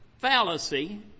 fallacy